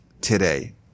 today